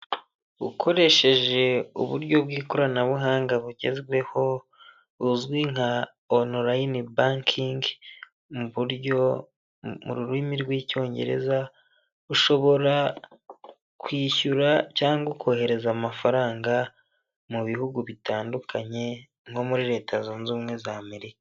Ukoresheje uburyo bw'ikoranabuhanga bugezweho buzwi nka Onorayini bankingi, ni uburyo mu rurimi rw'icyongereza ushobora kwishyura cyangwa kohereza amafaranga mu bihugu bitandukanye nko muri leta zunze ubumwe za Amerika.